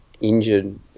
injured